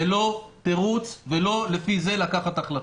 זה לא תירוץ ולא לפי זה יש לקבל החלטות.